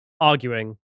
arguing